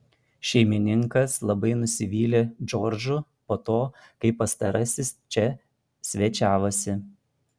šeimininkas labai nusivylė džordžu po to kai pastarasis čia svečiavosi